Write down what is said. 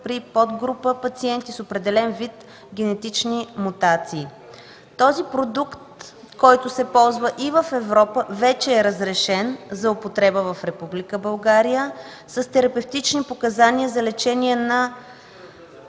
при подгрупа пациенти с определен вид генетични мутации. Този продукт, който се ползва и в Европа, вече е разрешен за употреба в Република България с терапевтични показания за лечение на